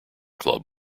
club